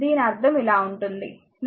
దీని అర్ధం ఇలా ఉంటుంది నన్ను ఈ చిత్రం 2